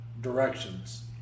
directions